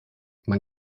man